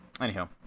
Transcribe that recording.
Anyhow